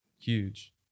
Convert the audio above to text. huge